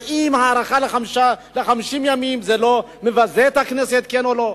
האם הארכה ב-50 ימים לא מבזה את הכנסת, כן או לא?